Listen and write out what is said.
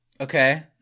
Okay